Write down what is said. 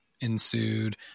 ensued